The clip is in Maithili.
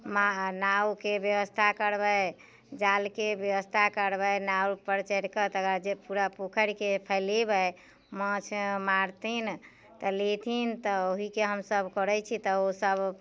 मऽ नावके व्यवस्था करबै जालके व्यवस्था करबै नावपर चढ़िकऽ तकर बाद जे पूरा पोखरिके फैलेबै माछ मारथिन तऽ लेथिन तऽ ओहिके हमसभ करै छियै तऽ ओ सभ